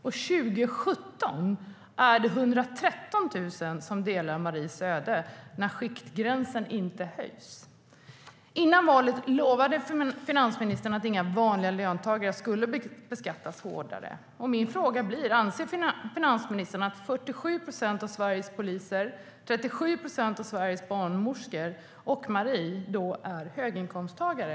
Och 2017 är det 113 000 som delar Maries öde när skiktgränsen inte höjs. Före valet lovade finansministern att inga vanliga löntagare skulle beskattas hårdare. Anser då finansministern att 47 procent av Sveriges poliser, 37 procent av Sveriges barnmorskor samt Marie är höginkomsttagare?